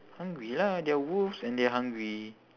hungry lah they're wolves and they're hungry